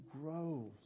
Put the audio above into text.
grows